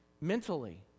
mentally